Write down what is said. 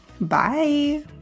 Bye